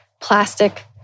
plastic